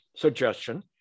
suggestion